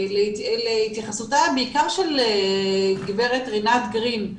להתייחסותה בעיקר של גברת רינת גרין,